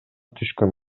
түшкөн